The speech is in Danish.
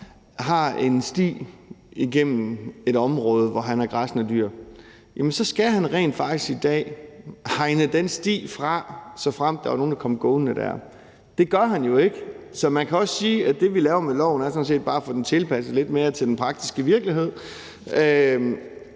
der går igennem et område, hvor han har græssende dyr, og han skal i dag rent faktisk hegne den sti fra, såfremt der var nogen, der kom gående der. Det gør han jo måske ikke, så man kan også sige, at det, vi laver med loven, sådan set bare er at få den tilpasset lidt mere til den praktiske virkelighed.